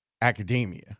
academia